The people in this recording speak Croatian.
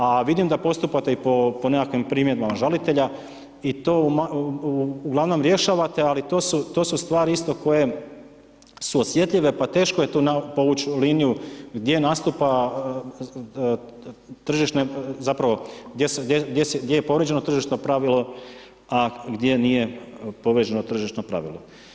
A vidim da postupate i po nekakvim primjedbama žalitelja i to uglavnom rješavate ali to su stvari isto koje su osjetljive pa teško je tu povući liniju gdje nastupa tržišne, zapravo gdje je povrijeđeno tržišno pravilo a gdje nije povrijeđeno tržišno pravilo.